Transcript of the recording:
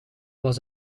was